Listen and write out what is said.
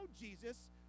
Jesus